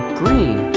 green